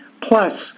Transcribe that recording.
plus